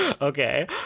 Okay